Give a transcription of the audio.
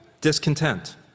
discontent